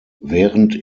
während